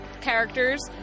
characters